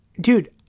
dude